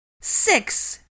Six